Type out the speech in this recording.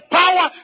power